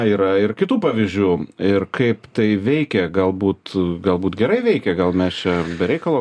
yra ir kitų pavyzdžių ir kaip tai veikia galbūt galbūt gerai veikia gal mes čia be reikalo